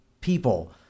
people